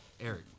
eric